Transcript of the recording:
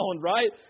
right